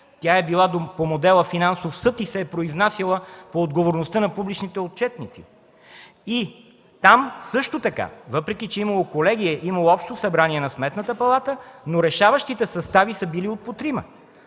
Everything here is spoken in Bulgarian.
Тя е била по модела – „Финансов съд” и се е произнасяла по отговорността на публичната отчетност. Там също така, въпреки че е имало колегия, е имало Общо събрание на Сметната палата, но решаващите състави са били от по трима